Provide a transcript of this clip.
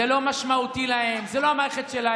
לנו זה חשוב.